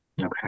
okay